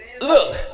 look